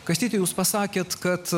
kastyti jūs pasakėt kad